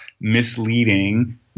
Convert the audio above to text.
misleading